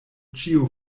ĉiu